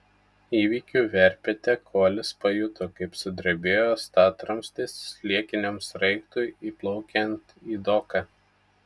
įvykių verpete kolis pajuto kaip sudrebėjo statramstis sliekiniam sraigtui įplaukiant į doką